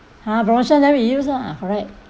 !huh! promotion then we use lah correct